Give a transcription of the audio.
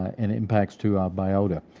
and impacts to biota.